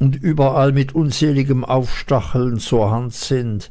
und überall mit unseligem aufstacheln zur hand sind